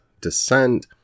descent